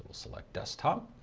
select desktop